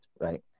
Right